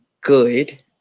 good